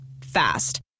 Fast